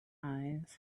eyes